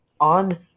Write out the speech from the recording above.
On